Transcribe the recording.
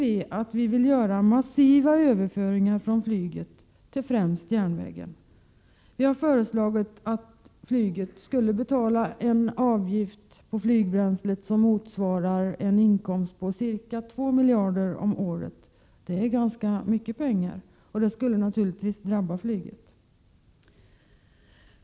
Vi vill nämligen göra massiva överföringar från flyget till främst järnvägen. Vi har föreslagit att flyget skall betala en avgift på flygbränslet som motsvarar en inkomst på ca 2 miljarder om året. Det är ganska mycket pengar, och det skulle naturligtvis drabba flyget.